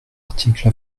article